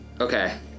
Okay